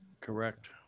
correct